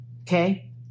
okay